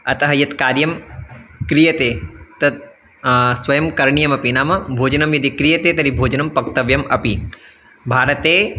अतः यत् कार्यं क्रियते तत् स्वयं करणीयमपि नाम भोजनं यदि क्रियते तर्हि भोजनं पक्तव्यम् अपि भारते